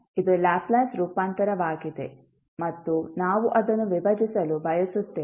ಆದ್ದರಿಂದ ಇದು ಲ್ಯಾಪ್ಲೇಸ್ ರೂಪಾಂತರವಾಗಿದೆ ಮತ್ತು ನಾವು ಅದನ್ನು ವಿಭಜಿಸಲು ಬಯಸುತ್ತೇವೆ